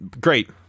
Great